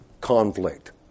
conflict